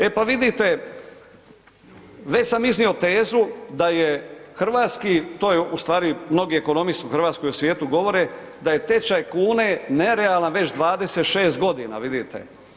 E pa vidite, već sam iznio tezu da je hrvatski to je u stvari, mnogi ekonomisti u Hrvatskoj i u svijetu govore da je tečaj kune nerealan već 26 godina vidite.